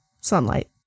sunlight